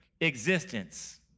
existence